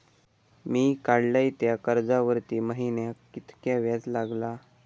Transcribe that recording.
मी काडलय त्या कर्जावरती महिन्याक कीतक्या व्याज लागला?